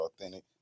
authentic